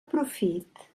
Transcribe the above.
profit